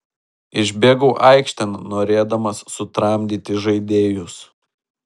išbėgau aikštėn norėdamas sutramdyti žaidėjus